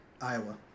Iowa